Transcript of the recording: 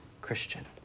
Christian